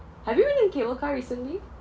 have you been in cable car recently